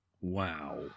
wow